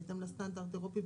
בהתאם לסטנדרט אירופי,